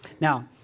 Now